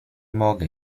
mogę